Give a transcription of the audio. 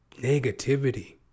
negativity